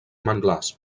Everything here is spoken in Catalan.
manglars